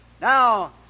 Now